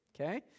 Okay